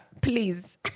please